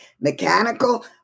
mechanical